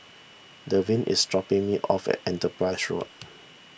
Delvin is dropping me off at Enterprise Road